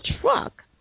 truck